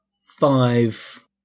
five